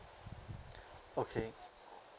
okay